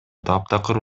таптакыр